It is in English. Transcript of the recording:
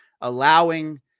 allowing